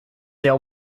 sehr